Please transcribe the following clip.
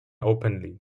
openly